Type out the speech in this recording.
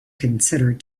considered